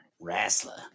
Wrestler